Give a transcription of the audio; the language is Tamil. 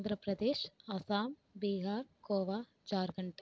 ஆந்திரப்பிரதேஷ் அசாம் பிஹார் கோவா ஜார்கண்ட்